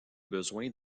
besoins